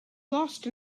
lost